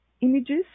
images